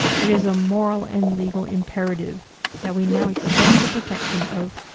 it is a moral and legal imperative that we now extend the protection of,